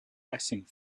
icing